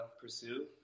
pursue